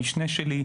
המשנה שלי,